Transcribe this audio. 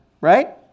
right